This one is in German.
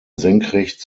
senkrecht